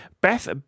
Beth